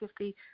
50